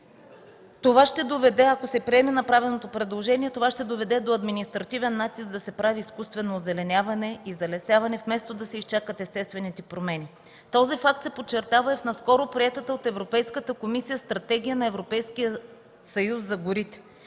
закон. Ако се приеме направеното предложение, това ще доведе до административен натиск да се прави изкуствено озеленяване и залесяване, вместо да се изчакат естествените промени. Този факт се подчертава и в наскоро приетата от Европейската комисия „Стратегия на Европейския съюз за горите”,